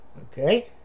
Okay